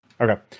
Okay